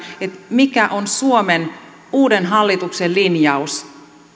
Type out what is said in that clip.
mikä on suomen uuden hallituksen linjaus